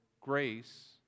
grace